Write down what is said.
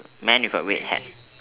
man with a red hat